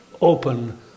open